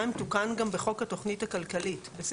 תוקן גם בתוכנית הכלכלית הקודם,